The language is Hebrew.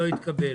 לא התקבל.